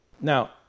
Now